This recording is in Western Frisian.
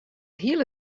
hiele